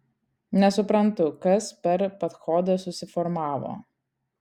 nesuprantu kas per padchodas susiformavo